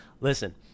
Listen